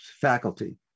faculty